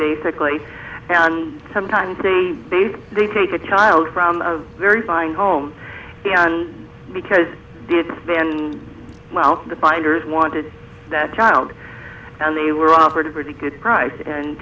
basically and sometimes a baby they take a child from a very fine home and because it's been well to the finders wanted that child and they were offered a pretty good price and